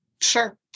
Sure